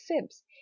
fibs